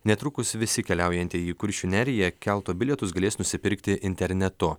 netrukus visi keliaujantieji į kuršių neriją kelto bilietus galės nusipirkti internetu